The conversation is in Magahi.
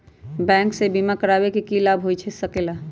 बैंक से बिमा करावे से की लाभ होई सकेला?